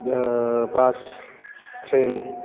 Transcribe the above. bus train